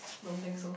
don't think so